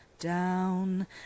Down